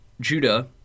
Judah